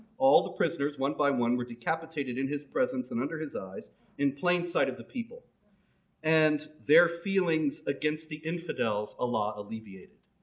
all the prisoners one by one were decapitated in his presence and under his eyes in plain sight of the people and their feelings against the infidels ah allah alleviated.